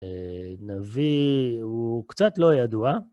נביא, הוא קצת לא ידוע.